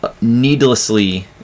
needlessly